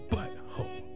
Butthole